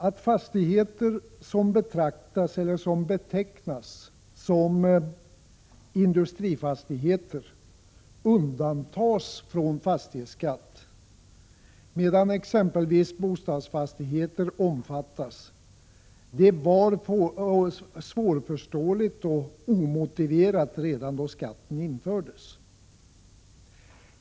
Att fastigheter som betecknas som industrifastigheter undantas från fastighetsskatt, medan exempelvis bostadsfastigheter omfattas av denna, var svårförståeligt och omotiverat redan då skatten infördes.